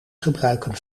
gebruiken